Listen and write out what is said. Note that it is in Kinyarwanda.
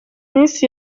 minsi